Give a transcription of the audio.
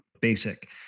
basic